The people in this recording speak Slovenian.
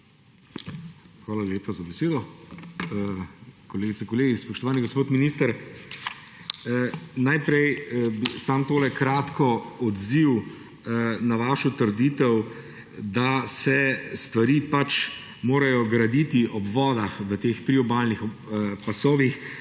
Hvala lepa za besedo. Kolegice in kolegi! Spoštovani gospod minister, najprej samo odziv na vašo trditev, da se stvari morajo graditi v teh priobalnih pasovih